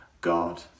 God